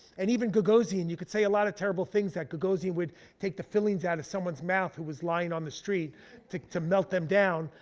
and even gagosian, you could say a lot of terrible things, that gagosian would take the fillings out of someone's mouth who was lying on the street to to melt them down.